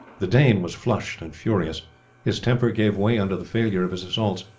the dane was flushed and furious his temper gave way under the failure of his assaults.